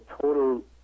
total